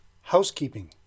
housekeeping